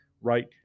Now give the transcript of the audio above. right